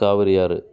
காவிரி ஆறு